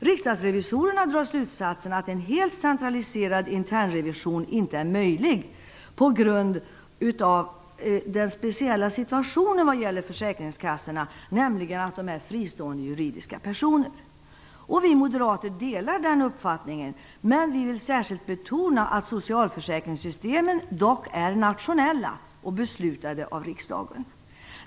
Riksdagsrevisorerna drar slutsatsen att en helt centraliserad internrevision inte är möjlig på grund av den speciella situationen vad gäller försäkringskassorna, nämligen att de är fristående juridiska personer. Vi moderater delar den uppfattningen. Men vi vill särskilt betona att socialförsäkringssystemen dock är nationella och beslutade av riksdagen.